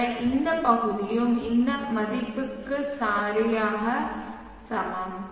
எனவே இந்த பகுதியும் இந்த மதிப்புக்கு சரியாக சமம்